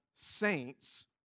saints